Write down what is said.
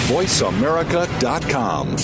VoiceAmerica.com